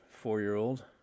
four-year-old